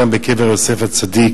גם כן בקבר יוסף הצדיק.